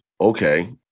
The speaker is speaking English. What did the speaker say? okay